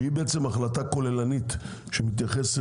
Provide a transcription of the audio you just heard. שהיא בעצם החלטה כוללנית שמתייחסת,